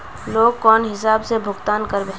Loan कौन हिसाब से भुगतान करबे?